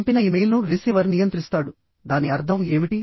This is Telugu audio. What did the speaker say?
పంపిన ఇమెయిల్ను రిసీవర్ నియంత్రిస్తాడు దాని అర్థం ఏమిటి